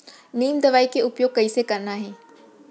नीम दवई के उपयोग कइसे करना है?